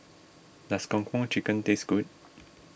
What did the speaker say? does Kung Po Chicken taste good